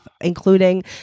including